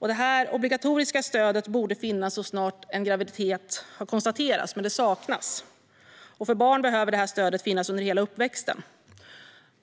Det borde finnas ett obligatoriskt stöd så snart en graviditet har konstaterats, men det saknas. För barn behöver det här stödet finnas under hela uppväxten.